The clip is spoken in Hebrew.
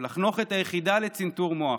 לחנוך את היחידה לצנתור מוח,